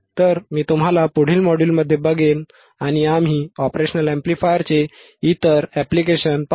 तर मी तुम्हाला पुढील मॉड्यूलमध्ये बघेन आणि आम्ही ऑपरेशनल अॅम्प्लिफायरचे इतर ऍप्लिकेशन पाहू